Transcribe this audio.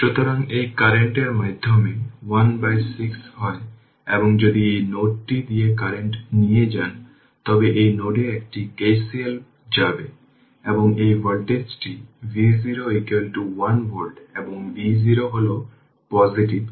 সুতরাং এই কারেন্ট এর মাধ্যমে 1 বাই 6 হয় এবং যদি এই নোডটি দিয়ে কারেন্ট নিয়ে যান তবে এই নোডে একটি KCL যাবে এবং এই ভোল্টেজটি V0 1 ভোল্ট এবং V0 হল পজিটিভ